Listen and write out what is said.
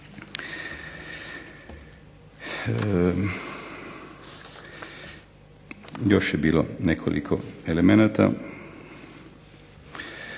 Još je bilo nekoliko elemenata.